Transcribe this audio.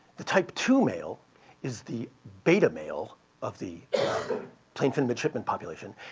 the type two male is the beta male of the plainfin midshipman population.